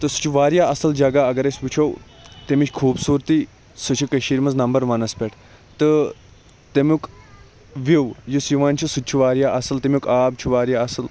تہٕ سُہ چھُ واریاہ اصٕل جگہ اَگَر أسۍ وٕچھو تمِچ خوٗبصورتی سُہ چھُ کٔشیٖر مَنٛز نَمبر وَنَس پٮ۪ٹھ تہٕ تمیُک وِو یُس یِوان چھُ سُہ تہِ چھُ واریاہ اصل تمیُک آب چھُ واریاہ اصٕل